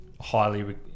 highly